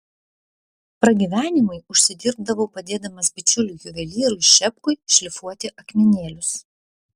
pragyvenimui užsidirbdavau padėdamas bičiuliui juvelyrui šepkui šlifuoti akmenėlius